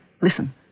Listen